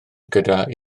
gydag